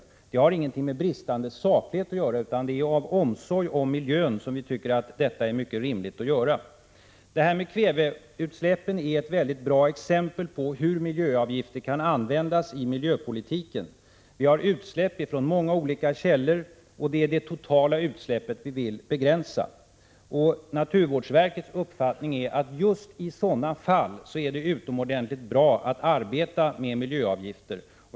Det här har ingenting med bristande saklighet att göra, utan det är av omsorg om miljön som vi tycker att detta är mycket rimligt. Kväveutsläppen är ett bra exempel på hur miljöavgifter kan användas i miljöpolitiken. Vi har utsläpp från många olika källor, och det är det totala utsläppet som vi vill begränsa. Naturvårdsverkets uppfattning är att det just i sådana fall är utomordentlig bra att arbeta med miljöavgifter.